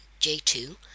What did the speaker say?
j2